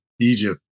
Egypt